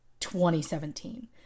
2017